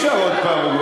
אי-אפשר עוד הפעם,